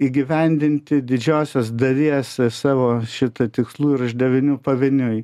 įgyvendinti didžiosios dalies savo šita tikslų ir uždavinių pavieniui